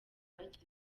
hakiri